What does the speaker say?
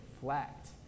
reflect